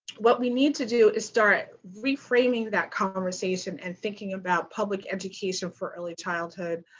what we need to do is start reframing that conversation and thinking about public education for early childhood,